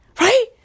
Right